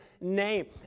name